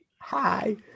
Hi